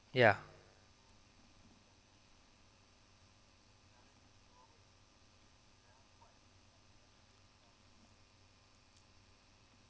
ya